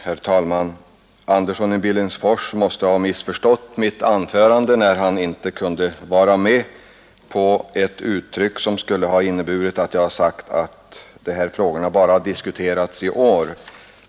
Herr talman! Herr Andersson i Billingsfors måste ha missförstått mitt anförande när han uppfattade det så att jag skulle ha sagt att dessa frågor bara har diskuterats i år.